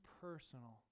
personal